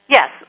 Yes